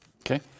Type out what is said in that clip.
Okay